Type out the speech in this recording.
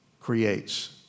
creates